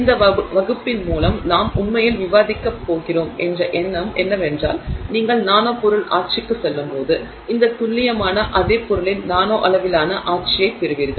இந்த வகுப்பின் மூலம் நாம் உண்மையில் விவாதிக்கப் போகிறோம் என்ற எண்ணம் என்னவென்றால் நீங்கள் நானோ பொருள் ஆட்சிக்குச் செல்லும்போது இந்த துல்லியமான அதே பொருளின் நானோ அளவிலான ஆட்சியைப் பெறுவீர்கள்